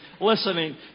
listening